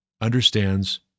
understands